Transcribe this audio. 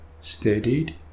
steadied